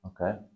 Okay